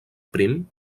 prim